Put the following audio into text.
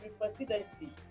presidency